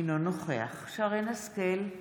אינו נוכח שרן מרים השכל,